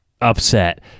upset